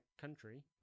country